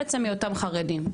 על עצם היותם חרדים.